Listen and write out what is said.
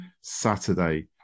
Saturday